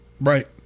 Right